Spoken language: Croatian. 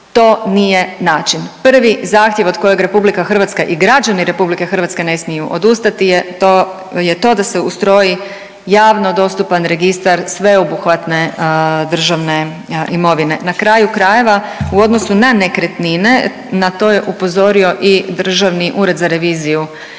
To nije način. Pri zahtjev od kojeg RH i građani RH ne smiju odustati je to, je to da se ustroji javno dostupan registar sveobuhvatne državne imovine. Na kraju krajeva u odnosu na nekretnine na to je upozorio i Državni ured za reviziju još